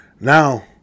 Now